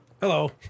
hello